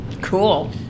Cool